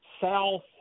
south